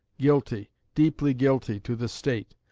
guilty, deeply guilty, to the state,